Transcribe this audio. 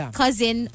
cousin